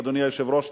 אדוני היושב-ראש,